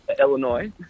Illinois